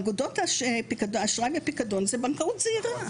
אגודות אשראי ופיקדון זו בנקאות זעירה.